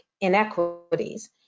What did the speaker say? inequities